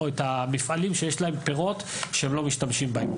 או את המפעלים שיש להם פירות שהם לא משתמשים בהם.